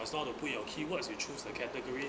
must know how to put your keywords you choose the category